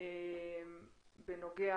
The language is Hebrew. בנוגע